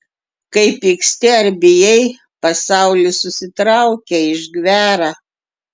kai pyksti ar bijai pasaulis susitraukia išgvęra